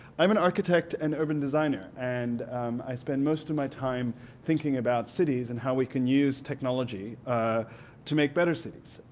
i'm an architect and urban designer and i spend most of my time thinking about cities and how we can use technology to make better cities,